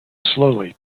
slowly